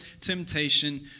temptation